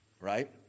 right